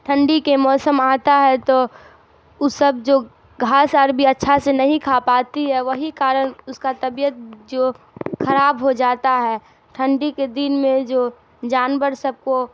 ٹھنڈی کے موسم آتا ہے تو اس سب جو گھاس آر بھی اچھا سے نہیں کھا پاتی ہے وہی کارن اس کا طبیعت جو خراب ہو جاتا ہے ٹھنڈی کے دن میں جو جانور سب کو